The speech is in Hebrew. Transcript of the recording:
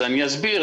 אז אני אסביר.